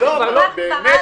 אנחנו כבר לא --- באמת,